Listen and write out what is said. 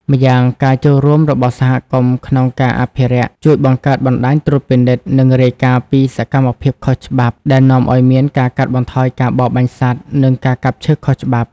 ម្យ៉ាងការចូលរួមរបស់សហគមន៍ក្នុងការអភិរក្សជួយបង្កើតបណ្តាញត្រួតពិនិត្យ និងរាយការណ៍ពីសកម្មភាពខុសច្បាប់ ដែលនាំឱ្យមានការកាត់បន្ថយការបរបាញ់សត្វ និងការកាប់ឈើខុសច្បាប់។